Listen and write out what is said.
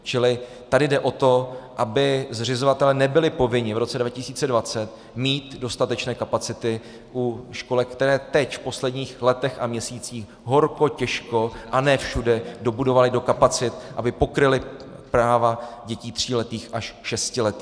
Čili tady jde o to, aby zřizovatelé nebyli povinni v roce 2020 mít dostatečné kapacity u školek, které teď, v posledních letech a měsících, horko těžko a ne všude dobudovaly do kapacit, aby pokryly práva dětí tříletých až šestiletých.